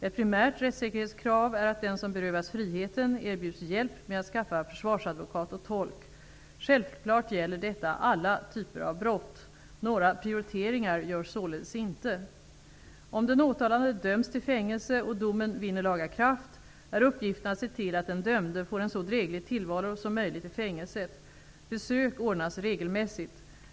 Ett primärt rättssäkerhetskrav är att den som berövats friheten erbjuds hjälp med att skaffa försvarsadvokat och tolk. Självklart gäller detta alla typer av brott. Några prioriteringar görs således inte. Om den åtalade döms till fängelse och domen vinner laga kraft, är uppgiften att se till att den dömde får en så dräglig tillvaro som möjligt i fängelset. Besök ordnas regelmässigt.